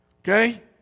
okay